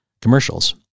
commercials